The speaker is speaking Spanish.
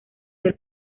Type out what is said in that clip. del